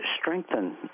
strengthen